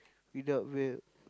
without milk